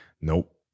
nope